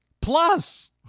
Plus